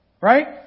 right